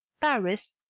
paris,